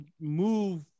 move